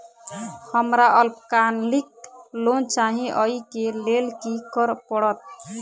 हमरा अल्पकालिक लोन चाहि अई केँ लेल की करऽ पड़त?